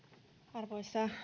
arvoisa